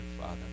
Father